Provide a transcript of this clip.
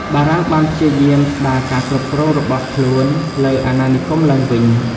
បារាំងបានព្យាយាមស្ដារការគ្រប់គ្រងរបស់ខ្លួនលើអាណានិគមឡើងវិញ។